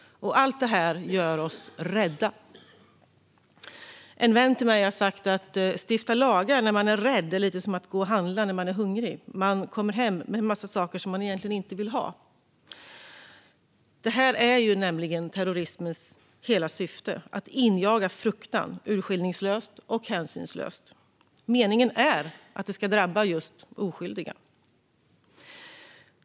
Allt det här gör oss rädda. En vän till mig har sagt: Att stifta lagar när man är rädd är lite som att gå och handla när man är hungrig. Man kommer hem med en massa saker som man egentligen inte ville ha. Det är nämligen terrorismens hela syfte: att injaga fruktan, urskillningslöst och hänsynslöst. Meningen är att det ska drabba just oskyldiga.